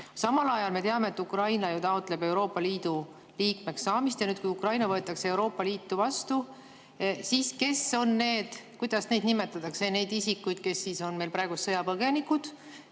Samal ajal me teame, et Ukraina taotleb Euroopa Liidu liikmeks saamist. Kui Ukraina võetakse Euroopa Liitu vastu, siis kes on need inimesed? Kuidas nimetatakse neid isikuid, kes on meil praegu sõjapõgenikud?